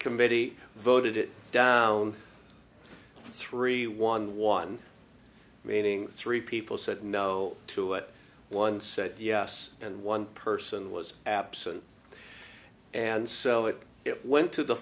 committee voted it down three one one meaning three people said no to it one said yes and one person was absent and so it it went to the